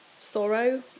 sorrow